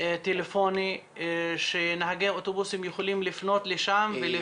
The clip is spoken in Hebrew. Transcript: טלפוני שנהגי האוטובוסים יוכלו לפנות לשם ול